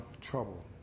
trouble